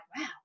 wow